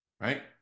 right